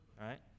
right